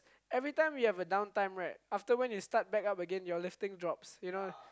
every time you have a downtown right after when you start back up again your lifting drops you know